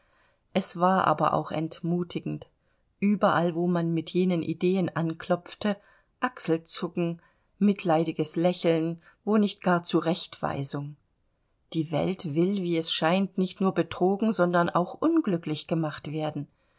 es war aber auch entmutigend überall wo man mit jenen ideen anklopfte achselzucken mitleidiges lächeln wo nicht gar zurechtweisung die welt will wie es scheint nicht nur betrogen sondern auch unglücklich gemacht werden